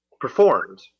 performed